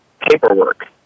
paperwork